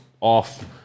off